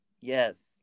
Yes